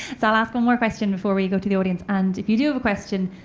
i'll ask one more question before we go to the audience. and if you do have a question,